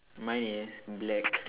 mine is black